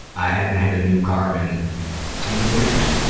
i hadn't had a new car in ten years.